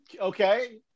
Okay